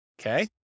Okay